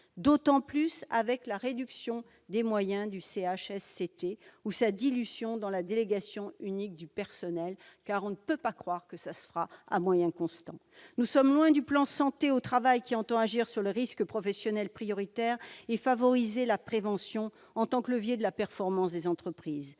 plus encore avec la réduction des moyens du CHSCT ou sa dilution dans la délégation unique du personnel, car l'on ne peut pas croire que cela se fera à moyens constants. Nous sommes loin du plan « santé au travail », qui tend à agir contre les risques professionnels prioritaires et à favoriser la prévention, en tant que levier de la performance des entreprises.